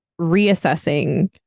reassessing